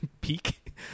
peak